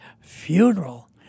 funeral